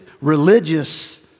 religious